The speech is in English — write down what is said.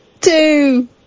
Two